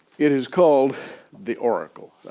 it is called the oracle,